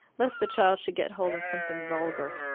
lest the child should get hold of something vulgar.